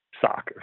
soccer